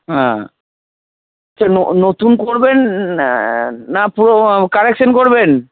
হ্যাঁ আচ্ছা নতুন করবেন না কারেকশান করবেন